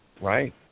right